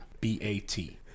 B-A-T